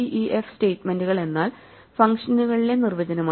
ഈ def സ്റ്റേറ്റ്മെന്റുകൾ എന്നാൽ ഫംഗ്ഷനുകളിലെ നിർവചനമാണ്